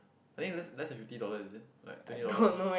I think less less than fifty dollar is it like twenty dollar